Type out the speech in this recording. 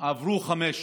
עברו חמש שנים.